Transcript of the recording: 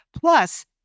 plus